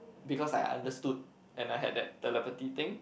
because I understood and I had that telepathy thing